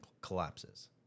collapses